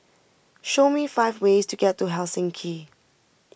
show me five ways to get to Helsinki